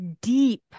deep